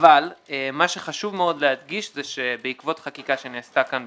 אבל מה שחשוב מאוד להדגיש זה שבעקבות חקיקה שנעשתה כאן,